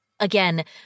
Again